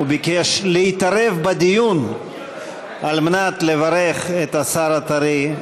הוא ביקש להתערב בדיון כדי לברך את השר הטרי,